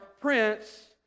Prince